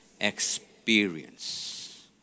experience